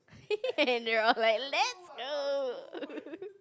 and they were like let's go